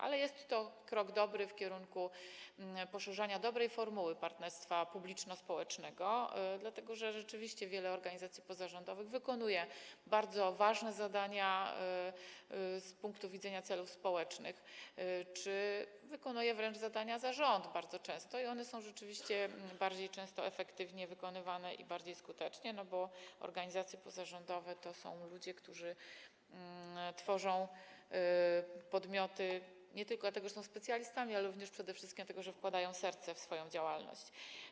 Ale jest to dobry krok w kierunku poszerzania dobrej formuły partnerstwa publiczno-społecznego, dlatego że rzeczywiście wiele organizacji pozarządowych wykonuje bardzo ważne zadania z punktu widzenia celów społecznych czy bardzo często wykonuje wręcz zadania zarządu i one są rzeczywiście często bardziej efektywnie wykonywane i bardziej skutecznie, bo organizacje pozarządowe to są ludzie, którzy tworzą podmioty nie tylko dlatego, że są specjalistami, ale również - przede wszystkim - dlatego, że wkładają serce w swoją działalność.